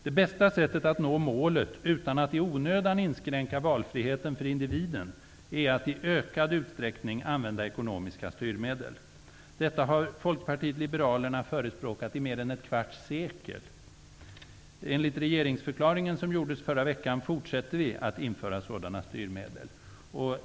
Det bästa sättet att nå målet utan att i onödan inskränka valfriheten för individen är att i ökad utsträckning använda ekonomiska styrmedel. Detta har Folkpartiet liberalerna förespråkat i mer än ett kvarts sekel. Enligt regeringsförklaringen, som gjordes förra veckan, fortsätter vi att införa sådana styrmedel.